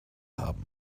haben